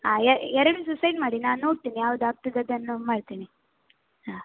ಆಂ ಎರಡನ್ನೂ ಸೆಂಡ್ ಮಾಡಿ ನಾನು ನೋಡ್ತೇನೆ ಯಾವ್ದು ಆಗ್ತದೆ ಅದನ್ನು ಮಾಡ್ತೇನೆ ಹಾಂ